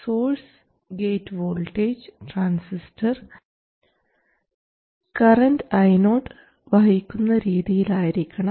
source gate voltage transistor current Io വഹിക്കുന്ന രീതിയിലായിരിക്കണം